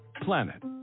planet